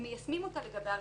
הם מיישמים אותה לגבי הרישום.